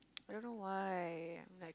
I don't know why I'm like